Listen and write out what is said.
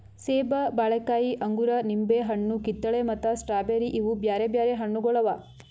ಸೇಬ, ಬಾಳೆಕಾಯಿ, ಅಂಗೂರ, ನಿಂಬೆ ಹಣ್ಣು, ಕಿತ್ತಳೆ ಮತ್ತ ಸ್ಟ್ರಾಬೇರಿ ಇವು ಬ್ಯಾರೆ ಬ್ಯಾರೆ ಹಣ್ಣುಗೊಳ್ ಅವಾ